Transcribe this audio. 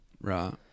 Right